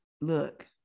look